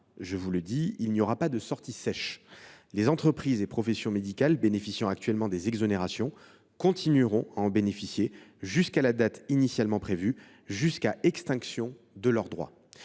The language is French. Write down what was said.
D’une part, il n’y aura pas de sortie sèche : les entreprises et professions médicales profitant actuellement des exonérations continueront à en bénéficier jusqu’à la date initialement prévue, jusqu’à extinction de leurs droits.